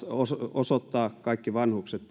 osoittaa kaikki vanhukset